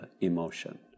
emotion